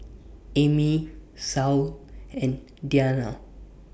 Amy Saul and Deanna